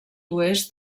oest